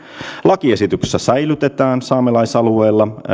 lakiesityksessä säilytetään saamelaisalueilla